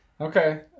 Okay